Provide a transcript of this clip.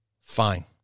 Fine